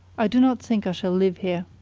i do not think i shall live here.